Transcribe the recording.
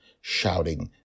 shouting